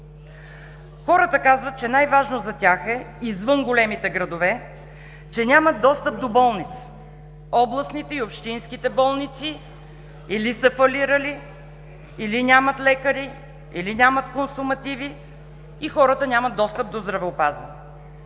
хората казват, че най-важно за тях е, извън големите градове, че нямат достъп до болници. Областните и общинските болници или са фалирали, или нямат лекари, или нямат консумативи, и хората нямат достъп до здравеопазване.